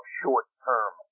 short-term